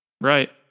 Right